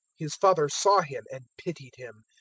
his father saw him and pitied him,